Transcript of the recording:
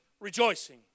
rejoicing